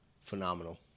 Phenomenal